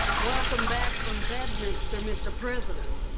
welcome back from bedminster mr. president.